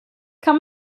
kann